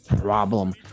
problem